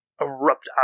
erupt